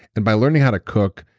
and by learning how to cook.